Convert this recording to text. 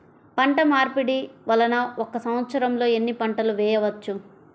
పంటమార్పిడి వలన ఒక్క సంవత్సరంలో ఎన్ని పంటలు వేయవచ్చు?